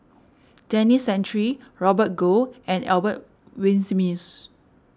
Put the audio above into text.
Denis Santry Robert Goh and Albert Winsemius